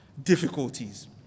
Difficulties